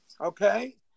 Okay